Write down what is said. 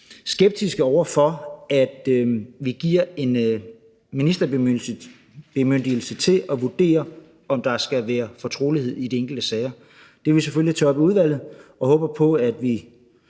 skeptiske over for, at vi giver en ministerbemyndigelse til at vurdere, om der skal være fortrolighed i de enkelte sager. Det vil vi selvfølgelig tage op i udvalget, og vi håber på, at vi